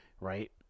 right